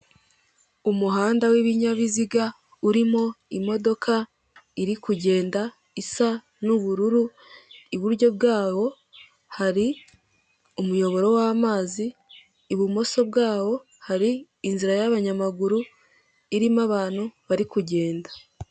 Umuhanda w'ibinyabiziga urimo imodoka iri kugenda isa n'ubururu iburyo bwawo hari umuyoboro w'amazi ibumoso bwawo hari inzira y'abanyamaguru irimo abantu bari kugenda.